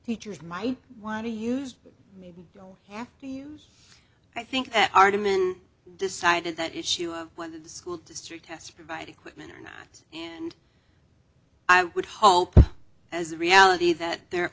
teachers might want to use maybe don't have to use i think that argument decided that issue of whether the school district has to provide equipment or not and i would hope as a reality that they're